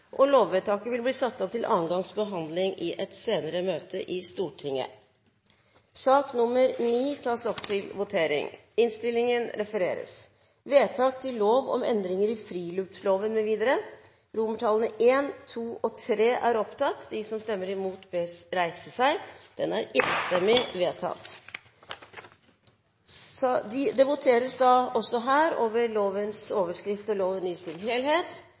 helhet. Lovvedtaket vil bli satt opp til andre gangs behandling i et senere møte i Stortinget. Det voteres over lovens overskrift og loven i sin helhet.